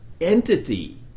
entity